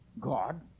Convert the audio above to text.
God